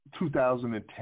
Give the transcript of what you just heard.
2010